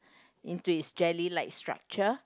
into it's jelly like the structure